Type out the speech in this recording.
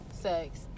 Sex